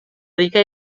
rica